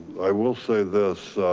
i will say this